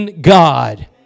God